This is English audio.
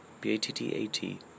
B-A-T-T-A-T